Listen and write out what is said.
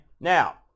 Now